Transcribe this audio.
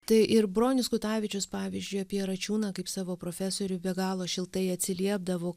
tai ir bronius kutavičius pavyzdžiui apie račiūną kaip savo profesorių be galo šiltai atsiliepdavo